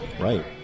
right